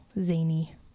zany